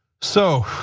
so,